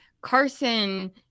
Carson